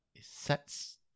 sets